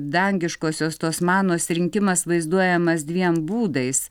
dangiškosios tos manos rinkimas vaizduojamas dviem būdais